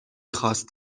خواست